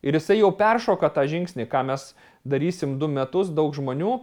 ir jisai jau peršoka tą žingsnį ką mes darysim du metus daug žmonių